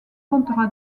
comptera